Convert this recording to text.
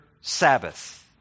Sabbath